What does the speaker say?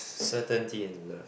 certainty in love